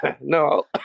No